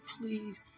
please